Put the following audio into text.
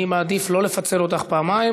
אני מעדיף לא לפצל אותך לפעמיים,